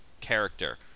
character